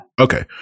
Okay